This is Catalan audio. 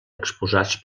exposats